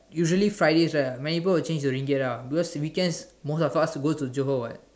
usually Fridays right many people will change to Ringgit ah because weekends most of us go to Johor [what]